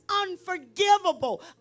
unforgivable